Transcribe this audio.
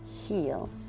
heal